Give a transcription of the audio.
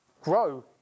grow